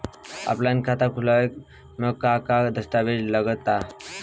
Offline खाता खुलावे म का का दस्तावेज लगा ता?